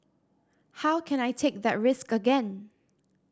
how can I take that risk again